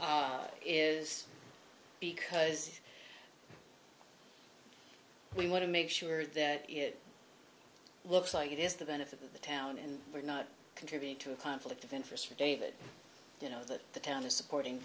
with is because we want to make sure that it looks like it is the venice of the town and are not contributing to a conflict of interest for david you know that the town is supporting